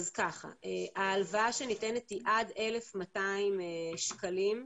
ההלוואה שניתנת היא עד 1,200 שקלים,